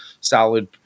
solid